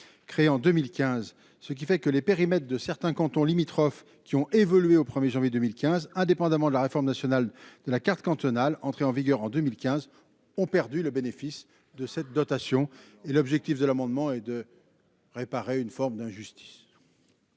créée en 2015, ce qui fait que les périmètres de certains cantons limitrophes qui ont évolué au 1er janvier 2015, indépendamment de la réforme nationale de la carte cantonale, entré en vigueur en 2015, ont perdu le bénéfice de cette dotation, et l'objectif de l'amendement et de réparer une forme d'injustice.